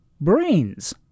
Brains